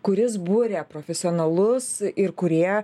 kuris buria profesionalus ir kurie